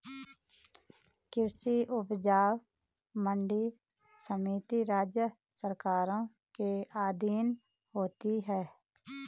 कृषि उपज मंडी समिति राज्य सरकारों के अधीन होता है